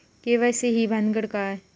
KYC ही भानगड काय?